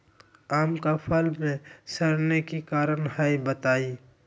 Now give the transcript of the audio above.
आम क फल म सरने कि कारण हई बताई?